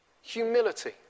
humility